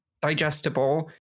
digestible